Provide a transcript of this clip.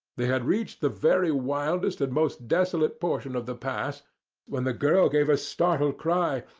they had reached the very wildest and most desolate portion of the pass when the girl gave a startled cry,